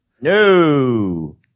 No